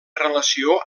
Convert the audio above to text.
relació